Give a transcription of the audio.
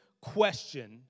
question